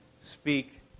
speak